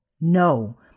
No